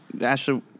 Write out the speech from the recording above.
Ashley